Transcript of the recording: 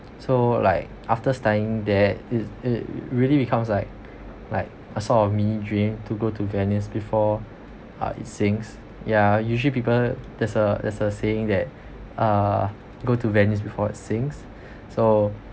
so like after studying that it it really becomes like like a sort of mini dream to go to venice before uh it sinks ya usually people there's a there's a saying that uh go to venice before it sinks so